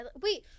Wait